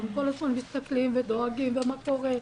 שהם כל הזמן מסתכלים ודואגים ושואלים מה קורה.